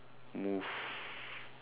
move